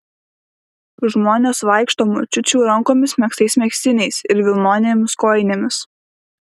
žmonės vaikšto močiučių rankomis megztais megztiniais ir vilnonėmis kojinėmis